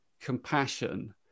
compassion